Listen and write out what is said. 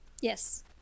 yes